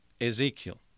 Ezekiel